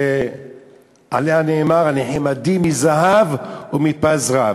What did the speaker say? שעליה נאמר: "נחמדים מזהב ומפז רב".